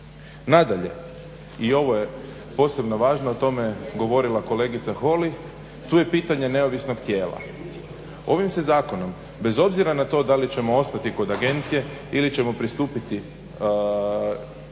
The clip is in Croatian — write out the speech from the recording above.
Nadalje i ovo je posebno važno o tome govorila kolegica Holy, tu je pitanje neovisnog tijela. Ovim se zakonom bez obzira na to da li ćemo ostati kod Agencije ili ćemo pristupiti kreiranju